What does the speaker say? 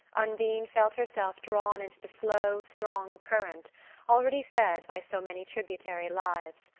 undine felt herself drawn into the slow strong current already fed by so many tributary lives.